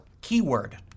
Keyword